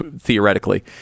theoretically